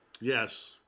Yes